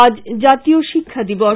আজ জাতীয় শিক্ষা দিবস